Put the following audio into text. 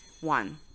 One